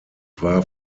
war